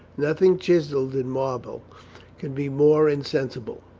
nothing chiselled in marble could be more in sensible.